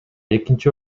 экинчи